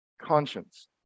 Conscience